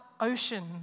ocean